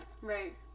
Right